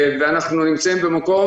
אנחנו נמצאים במקום